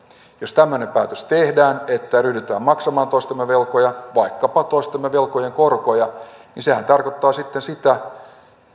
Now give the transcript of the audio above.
jos tämmöinen päätös tehdään että ryhdytään maksamaan toistemme velkoja vaikkapa toistemme velkojen korkoja niin sehän tarkoittaa sitten